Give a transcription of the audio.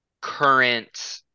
current